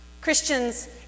Christians